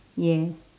yes